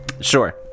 Sure